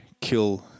kill